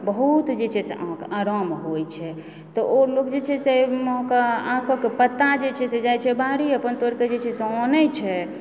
बहुत जे छै से अहाँकेँ आराम होइत छै तऽ ओ लोग जे छै से अहाँकेँ आक कऽ पत्ता जे छै से जाइत छै बाड़ी अपन तोड़िकऽ जे छै से आनय छै